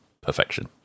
perfection